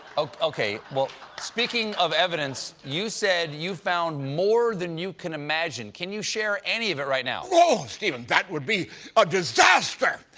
okay. but speaking of evidence, you said you found more than you can imagine. can you share any of it right now? oh, stephen, that would be a disaster!